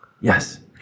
Yes